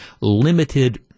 limited